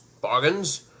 bargains